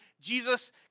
Jesus